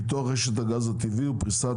על סדר-היום: פיתוח רשת הגז הטבעי ופריסת